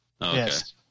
Yes